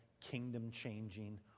kingdom-changing